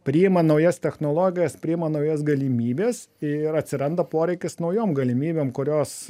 priima naujas technologijas priima naujas galimybes ir atsiranda poreikis naujom galimybėm kurios